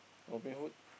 Robin-Hood